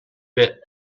bit